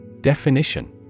Definition